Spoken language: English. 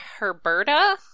Herberta